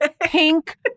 pink